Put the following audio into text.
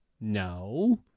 No